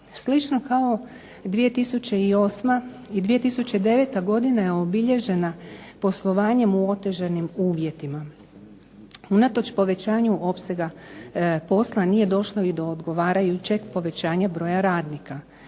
Slično kao 2008. i 2009. godina je obilježena poslovanjem u otežanim uvjetima. Unatoč povećanju opsega posla nije došlo ni do odgovarajućeg povećanja broja radnika.